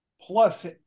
plus